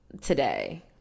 today